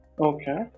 Okay